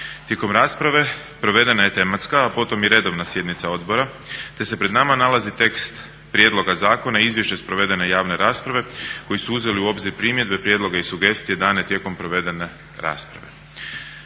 Tijekom rasprave provedena je tematska, a potom i redovna sjednica odbora, te se pred nama nalazi tekst prijedloga zakona, izvješće s provedene javne rasprave koji su uzeli u obzir primjedbe, prijedloge i sugestije dane tijekom provedene rasprave.